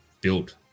built